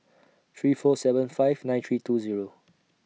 three four seven five nine three two Zero